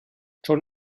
schon